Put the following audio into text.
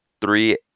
three